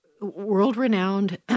world-renowned